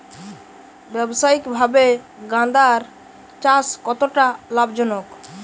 ব্যবসায়িকভাবে গাঁদার চাষ কতটা লাভজনক?